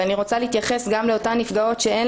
אני רוצה להתייחס גם לאותן נפגעות שאין